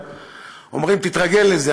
אומרים, תתרגל לזה.